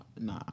Nah